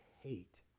hate